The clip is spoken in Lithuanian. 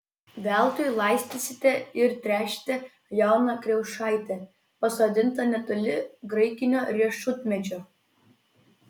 veltui laistysite ir tręšite jauną kriaušaitę pasodintą netoli graikinio riešutmedžio